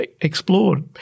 explored